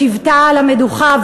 בשבתה על המדוכה,